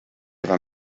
ever